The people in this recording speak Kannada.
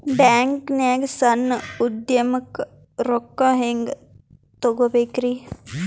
ಬ್ಯಾಂಕ್ನಾಗ ಸಣ್ಣ ಉದ್ಯಮಕ್ಕೆ ರೊಕ್ಕ ಹೆಂಗೆ ತಗೋಬೇಕ್ರಿ?